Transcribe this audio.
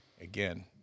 Again